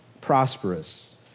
prosperous